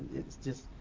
it's just.